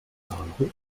bahnhof